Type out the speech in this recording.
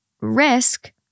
risk